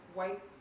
white